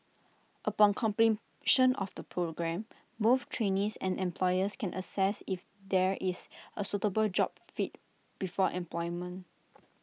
upon completion of the programme both trainees and employers can assess if there is A suitable job fit before employment